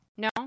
No